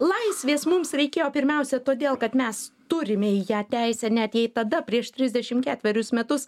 laisvės mums reikėjo pirmiausia todėl kad mes turime į ją teisę net jei tada prieš trisdešimt ketverius metus